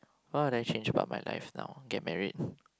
what would I change about my life now get married